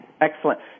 Excellent